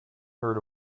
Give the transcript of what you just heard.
heard